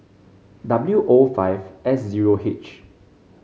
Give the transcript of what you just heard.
W O five S zero H